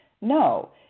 No